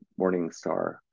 Morningstar